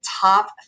top